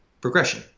progression